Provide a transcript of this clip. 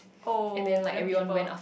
oh then people